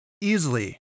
easily